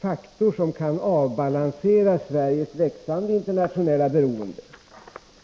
faktor som kan avbalansera Sveriges växande internationella beroende.